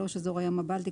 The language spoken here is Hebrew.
אזור הים הבלטי,